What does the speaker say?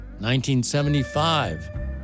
1975